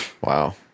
Wow